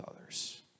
others